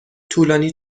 طولانی